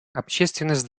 общественность